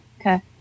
Okay